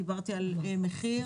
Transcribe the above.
ודיברתי על מחיר,